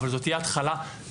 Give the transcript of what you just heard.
אבל זו תהיה התחלה טובה.